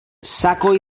sako